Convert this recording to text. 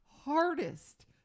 hardest